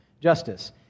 justice